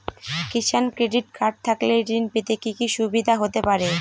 কিষান credit card থাকলে ঋণ পেতে কি কি সুবিধা হতে পারে?